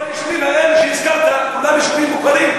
אבל היישובים האלה שהזכרת כולם יישובים מוכרים.